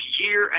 year